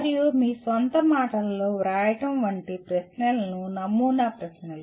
మరియు మీ స్వంత మాటలలో వ్రాయడం వంటి ప్రశ్నలను నమూనా ప్రశ్నలు